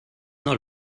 not